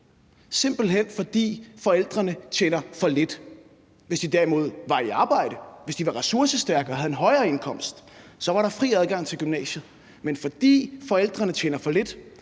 simpelt hen fordi dine forældre tjener for lidt. Hvis de derimod var i arbejde, hvis de var ressourcestærke og havde en højere indkomst, var der fri adgang til gymnasiet. Men fordi forældrene tjener for lidt,